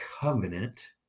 covenant